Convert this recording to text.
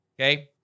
okay